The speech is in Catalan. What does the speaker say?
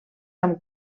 amb